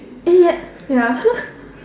eh ya ya